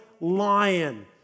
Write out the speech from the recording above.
lion